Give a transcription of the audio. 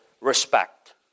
respect